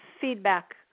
feedback